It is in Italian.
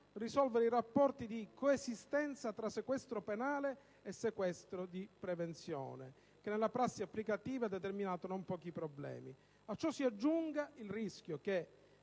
risolvere i rapporti di coesistenza tra sequestro penale e sequestro di prevenzione, che nella prassi applicativa ha determinato non pochi problemi. A ciò si aggiunga il rischio che,